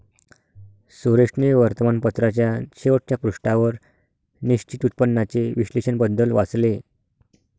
सुरेशने वर्तमानपत्राच्या शेवटच्या पृष्ठावर निश्चित उत्पन्नाचे विश्लेषण बद्दल वाचले